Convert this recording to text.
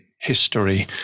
history